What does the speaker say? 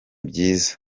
byiza